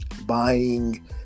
buying